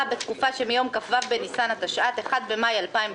בתקופה שמיום כ"ו בניסן התשע"ט (1 במאי 2019)